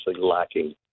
lacking